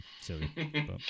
silly